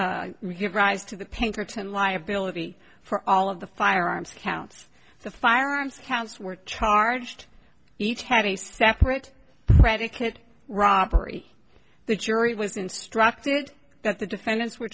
give rise to the pinkerton liability for all of the firearms counts the firearms counts were charged each had a separate predicate robbery the jury was instructed that the defendants were